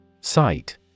Sight